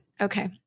Okay